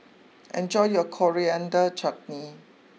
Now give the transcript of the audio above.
enjoy your Coriander Chutney